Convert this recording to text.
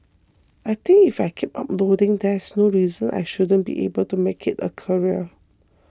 I think if I keep uploading there's no reason I shouldn't be able to make it a career